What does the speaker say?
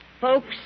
folks